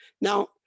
Now